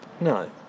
No